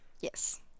Yes